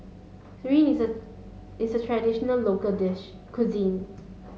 Sireh is a is a traditional local dish cuisine